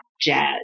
jazz